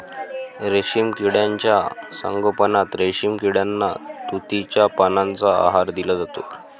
रेशीम किड्यांच्या संगोपनात रेशीम किड्यांना तुतीच्या पानांचा आहार दिला जातो